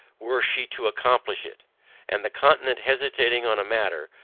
were she to accomplish it and the continent hesitating on a matter,